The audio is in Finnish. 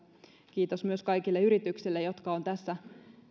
kiitos myös kaikille yrityksille jotka ovat tässä